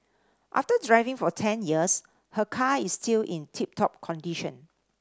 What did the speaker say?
after driving for ten years her car is still in tip top condition